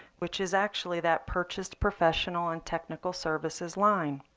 which is actually that purchased, professional, and technical services line.